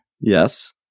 Yes